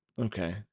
okay